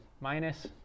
minus